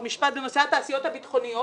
עוד משפט בנושא התעשיות הביטחוניות,